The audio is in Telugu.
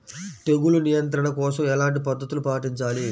తెగులు నియంత్రణ కోసం ఎలాంటి పద్ధతులు పాటించాలి?